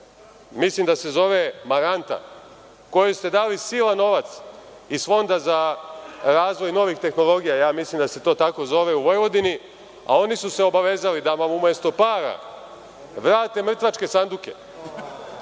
mislim da se zove „Maranta“, kojoj ste dali silan novac iz Fonda za razvoj novih tehnologija, ja mislim da se to tako zove u Vojvodini, a oni su se obavezali da vam, umesto para vrate mrtvačke sanduke. Ajde